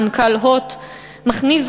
מנכ"ל "הוט" מכניס,